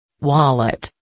Wallet